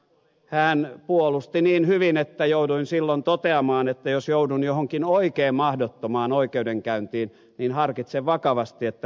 hän puolusti niin hyvin että jouduin silloin to teamaan että jos joudun johonkin oikein mahdottomaan oikeudenkäyntiin niin harkitsen vakavasti että palkkaisin ed